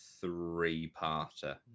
three-parter